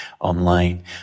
online